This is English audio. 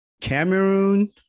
Cameroon